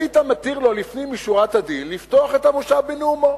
היית מתיר לו לפנים משורת הדין לפתוח את הכנס בנאומו